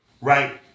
right